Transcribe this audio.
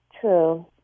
True